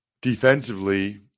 Defensively